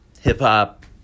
hip-hop